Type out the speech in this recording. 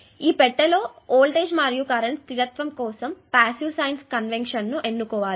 కాబట్టి ఈ పెట్టెలో వోల్టేజ్ మరియు కరెంట్ స్థిరత్వము కోసం పాసివ్ సైన్ కన్వెన్షన్ ఎన్నుకోవాలి